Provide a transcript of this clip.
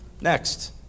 Next